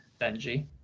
Benji